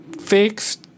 fixed